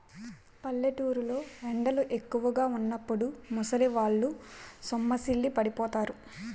పల్లెటూరు లో ఎండలు ఎక్కువుగా వున్నప్పుడు ముసలివాళ్ళు సొమ్మసిల్లి పడిపోతారు